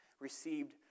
Received